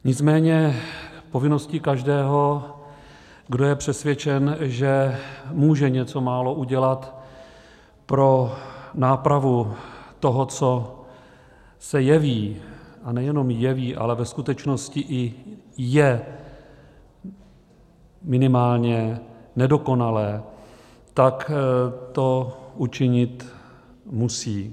Nicméně povinností každého, kdo je přesvědčen, že může něco málo udělat pro nápravu toho, co se jeví, a nejenom jeví, ale ve skutečnosti i je minimálně nedokonalé, tak to učinit musí.